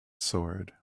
sword